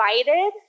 invited